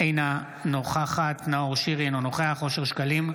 אינה נוכחת נאור שירי, אינו נוכח אושר שקלים,